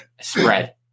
spread